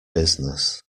business